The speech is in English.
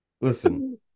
listen